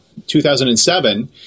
2007